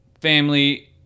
family